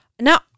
Now